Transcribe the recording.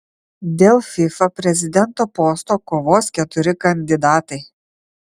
dėl fifa prezidento posto kovos keturi kandidatai